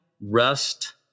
rest